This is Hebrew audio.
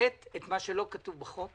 תפרט את מה שלא כתוב בחוק